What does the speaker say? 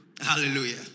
hallelujah